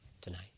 tonight